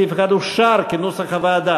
סעיף 1 אושר כנוסח הוועדה.